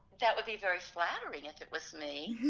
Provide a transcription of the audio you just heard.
that would be very flattering if it was me,